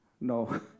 No